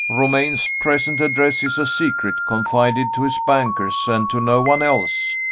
romayne's present address is a secret confided to his bankers, and to no one else.